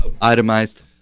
Itemized